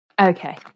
Okay